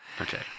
Okay